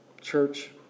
church